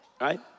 right